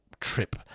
trip